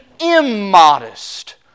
immodest